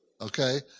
Okay